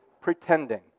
pretending